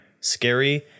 scary